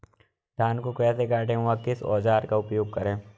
धान को कैसे काटे व किस औजार का उपयोग करें?